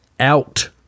Out